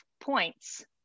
points